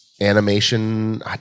Animation